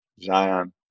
Zion